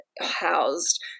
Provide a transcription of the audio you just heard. housed